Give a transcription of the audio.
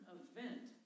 event